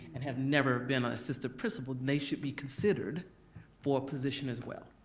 and have never been an assistant principal, they should be considered for a position as well.